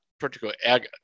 Particularly